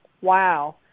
Wow